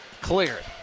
cleared